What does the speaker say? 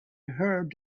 heard